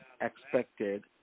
expected